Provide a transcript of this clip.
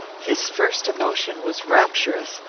his first emotion was rapturous,